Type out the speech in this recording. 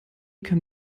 kam